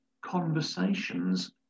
conversations